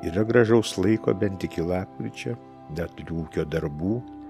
yra gražaus laiko bent iki lapkričio dar turiu ūkio darbų